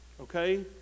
Okay